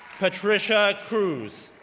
patricia cruz,